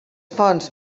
fonts